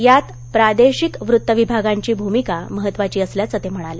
यात प्रादेशिक वृत्तविभागांची भुमिका महत्वाची असल्याचं ते म्हणाले